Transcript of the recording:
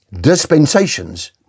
dispensations